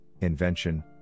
invention